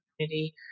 community